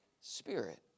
spirit